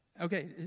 Okay